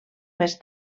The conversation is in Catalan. més